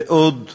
ועוד ועדות,